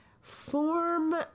form